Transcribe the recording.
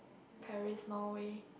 Paris Norway